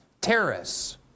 terrorists